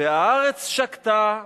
והארץ שקטה.